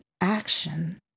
action